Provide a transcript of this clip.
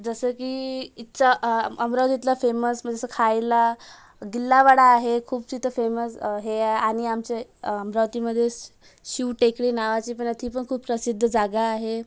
जसं की इथचा अमरावतीतला फेमस म्हणजे असं खायला गिल्ला वडा आहे खूप तिथे फेमस आहे आणि आमचे अमरावतीमध्ये शिव टेकडी नावाची पण आहे ती पण खूप प्रसिद्ध जागा आहे